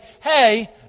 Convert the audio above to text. hey